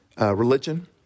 religion